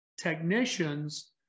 technicians